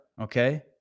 Okay